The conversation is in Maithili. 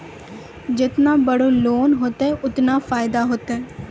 जेतना बड़ो लोन होतए ओतना फैदा होतए